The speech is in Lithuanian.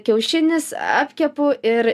kiaušinis apkepu ir